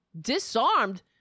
disarmed